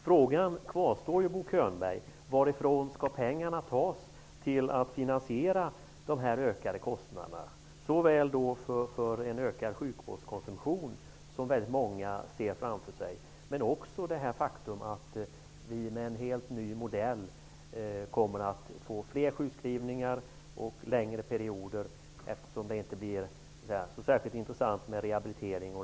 Frågan kvarstår, Bo Könberg: Varifrån skall man ta pengarna för att finansiera de ökade kostnaderna? Det blir fråga om kostnader för en ökad sjukvårdskonsumtion, vilket många ser framför sig. Med en helt ny modell kommer vi också att få fler sjukskrivningar i längre perioder. Det kommer inte att vara särskilt intressant med rehabilitering.